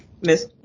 Miss